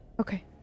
Okay